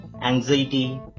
anxiety